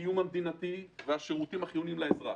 הקיום המדינתי והשירותים החיוניים לאזרח.